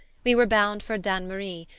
we were bound for dannemarie,